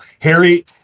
Harry